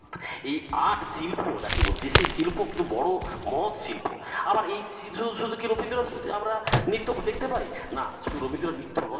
এই আর্ট শিল্প যাকে বলছি সেই শিল্প কিন্তু বড়ো মহৎ শিল্প আবার শুধু শুধু কি রবীন্দ্রনাথ শুনছি আমরা নৃত্য দেখতে পাই না শুধু রবীন্দ্র নৃত্য নয়